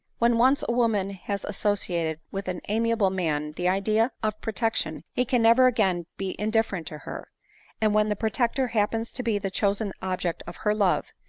when once a woman has associated with an amiable man the idea of protection, he can never again be indif ferent to her and when the protector happens to be the chosen object of her love,